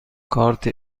کارت